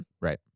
Right